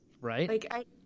Right